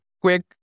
quick